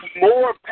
more